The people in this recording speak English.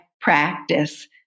practice